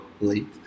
late